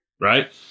Right